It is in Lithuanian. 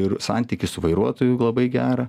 ir santykį su vairuotoju labai gerą